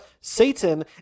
Satan